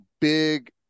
big